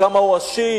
וכמה הוא עשיר,